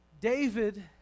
David